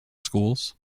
schools